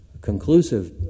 conclusive